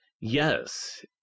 yes